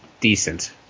decent